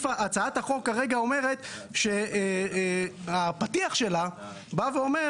הצעת החוק כרגע אומרת שהפתיח שלה בא ואומר